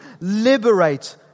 liberate